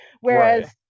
whereas